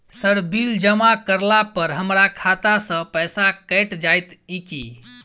Sir bill जमा करला पर हमरा खाता सऽ पैसा कैट जाइत ई की?